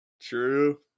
true